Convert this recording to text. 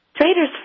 Traders